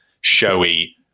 showy